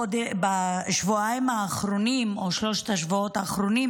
בשבועיים האחרונים או בשלושת השבועות האחרונים